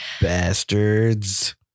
bastards